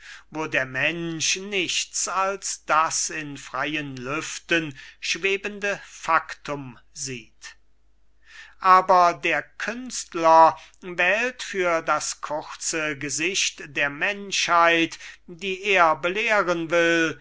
wo der mensch nichts als das in freien lüften schwebende faktum sieht aber der künstler wählt für das kurze gesicht der menschheit die er belehren will